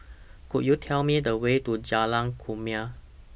Could YOU Tell Me The Way to Jalan Kumia